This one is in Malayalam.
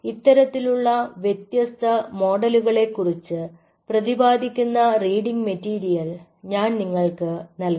ഇത്തരത്തിലുള്ള വ്യത്യസ്ത മോഡലുകളെ കുറിച്ച് പ്രതിപാദിക്കുന്ന റീഡിങ് മെറ്റീരിയൽ ഞാൻ നിങ്ങൾക്ക് നൽകാം